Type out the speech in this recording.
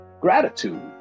gratitude